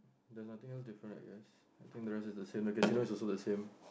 there's nothing else different I guess I think the rest is the same the casino is also the same